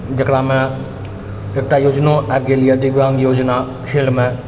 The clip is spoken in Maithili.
जकरामे एकटा योजनो आबि गेल अइ दिव्याङ्ग योजना खेलमे